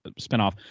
spinoff